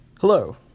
Hello